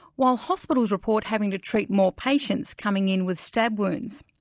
while hospitals report having to treat more patients coming in with stab wounds.